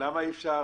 למה אי אפשר